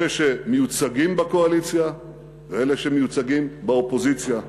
אלה שמיוצגים בקואליציה ואלה שמיוצגים באופוזיציה.